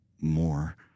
more